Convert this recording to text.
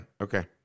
Okay